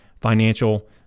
financial